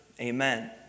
Amen